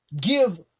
give